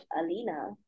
Alina